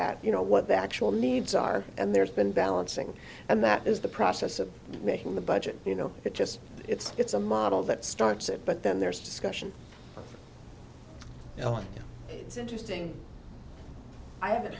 at you know what the actual needs are and there's been balancing and that is the process of making the budget you know it just it's it's a model that starts it but then there's discussion well it's interesting i haven't